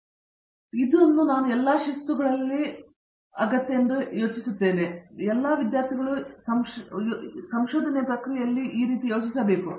ಆದ್ದರಿಂದ ಇದು ನಾನು ಎಲ್ಲಾ ಶಿಸ್ತುಗಳಲ್ಲಿ ನಮ್ಮ ವಿದ್ಯಾರ್ಥಿಗಳು ಯೋಚಿಸುವ ಸಂಶೋಧನೆಯ ಪ್ರಕ್ರಿಯೆಯಾಗಿದೆ